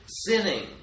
sinning